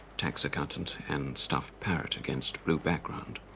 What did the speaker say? tax accountant and stuffed parrot against blue background.